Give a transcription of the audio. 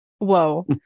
Whoa